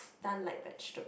stun like vegeta~